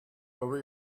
over